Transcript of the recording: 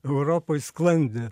europoj sklandė